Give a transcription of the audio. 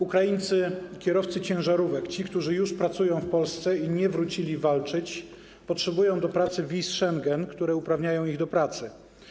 Ukraińcy, kierowcy ciężarówek, którzy już pracują w Polsce i nie wrócili walczyć, potrzebują wiz Schengen, które uprawniają ich do pracy.